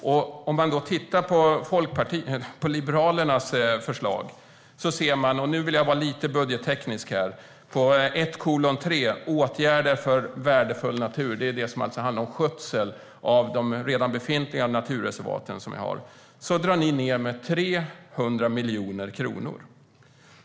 Om man tittar på Liberalernas förslag ser man - nu vill jag vara lite budgetteknisk - beträffande anslag 1:3 Åtgärder för värdefull natur, som handlar om skötsel av de befintliga naturreservat som vi har, att ni drar ned med 300 miljoner kronor.